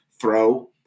throw